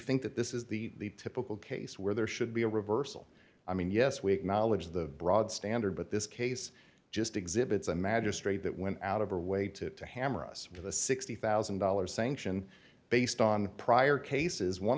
think that this is the typical case where there should be a reversal i mean yes we acknowledge the broad standard but this case just exhibits a magistrate that went out of her way to to hammer us with a sixty thousand dollars sanction based on prior cases one